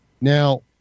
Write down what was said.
Now